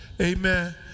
amen